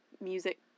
music